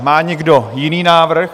Má někdo jiný návrh?